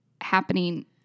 happening